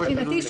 מבחינתי,